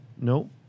No